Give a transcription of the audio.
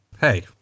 hey